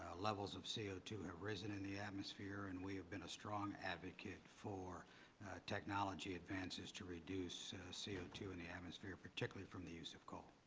ah levels of c o two have risen in the atmosphere, and we have been a strong advocate for technology advances to reduce c o two in the atmosphere, particularly from the use of coal.